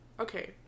Okay